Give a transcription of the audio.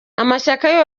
amashyaka